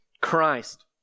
Christ